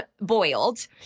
boiled